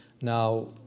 Now